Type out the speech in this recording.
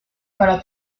para